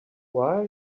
while